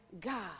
God